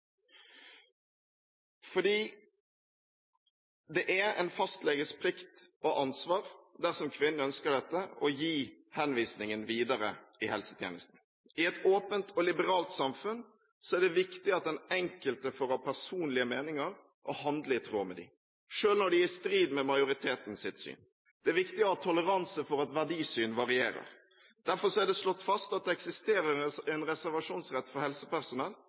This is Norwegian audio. Det er en fastleges plikt og ansvar, dersom kvinnen ønsker dette, å gi henvisningen videre i helsetjenesten. I et åpent og liberalt samfunn er det viktig at den enkelte får ha personlige meninger og handle i tråd med dem, selv når de er i strid med majoritetens syn. Det er viktig å ha toleranse for at verdisyn varierer. Derfor er det slått fast at det eksisterer en reservasjonsrett for